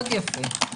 מאוד יפה.